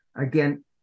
Again